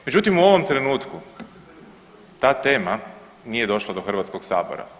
Međutim, u ovom trenutku ta tema nije došla do Hrvatskog sabora.